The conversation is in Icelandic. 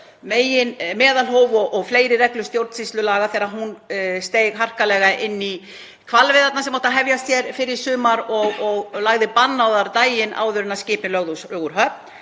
meðalhóf og fleiri reglur stjórnsýslulaga þegar hún steig harkalega inn í hvalveiðarnar sem áttu að hefjast hér fyrr í sumar og lagði bann á þær daginn áður en skipin lögðu úr höfn.